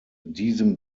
diesem